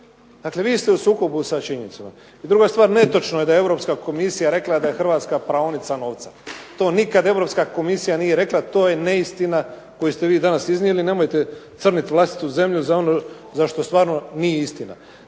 Dakle, vi ste u sukobu sa činjenicama. I druga stvar, netočno je da je Europska komisija rekla da je Hrvatska praonica novca, to nikad Europska nije rekla, to je neistina koju ste vi danas iznijeli. Nemojte crniti vlastitu zemlju za ono za što stvarno nije istina.